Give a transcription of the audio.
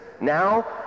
Now